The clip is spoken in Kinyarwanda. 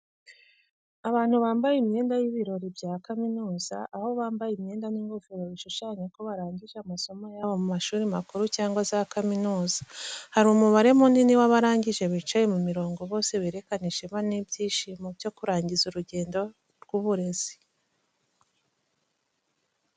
Abantu bambaye imyenda y'ibirori bya kaminuza, aho bambaye imyenda n’ingofero bishushanya ko barangije amasomo yabo mu mashuri makuru cyangwa za kaminuza. Hari umubare munini w’abarangije bicaye mu mirongo bose berekana ishema n'ibyishimo byo kurangiza urugendo rw’uburezi.